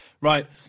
Right